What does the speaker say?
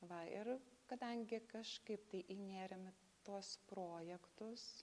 va ir kadangi kažkaip tai įnėrėme tuos projektus